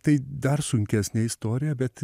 tai dar sunkesnė istorija bet